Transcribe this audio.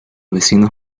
vecinos